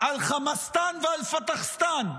על חמאסטן ועל פתחסטן?